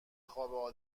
خوابو